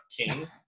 King